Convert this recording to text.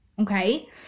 okay